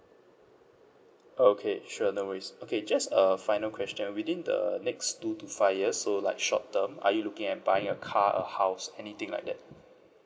orh okay sure no worries okay just a final question within the next two to five years so like short term are you looking at buying a car a house anything like that